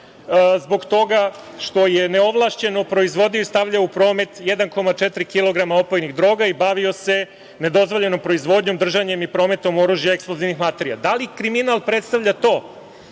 zbog toga što je neovlašćeno proizvodio i stavljao u promet 1,4 kilograma opojnih droga i bavio se nedozvoljenom proizvodnjom, držanjem i prometom oružja i eksplozivnih materija? Da li kriminal predstavlja to